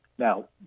Now